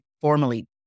formally